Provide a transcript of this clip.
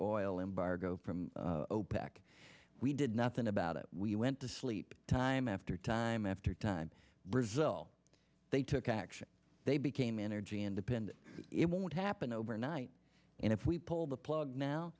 oil embargo from opec we did nothing about it we went to sleep time after time after time brazil they took action they became energy independent it won't happen overnight and if we pull the plug now